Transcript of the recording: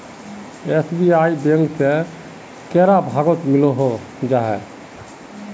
SBI bank से कैडा भागोत मिलोहो जाहा?